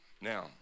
now